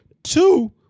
Two